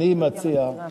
אני מציע,